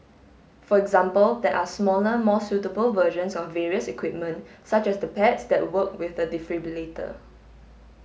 for example there are smaller more suitable versions of various equipment such as the pads that work with the defibrillator